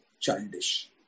childish